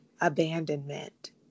abandonment